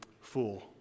Fool